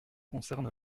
concerne